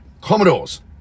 Commodores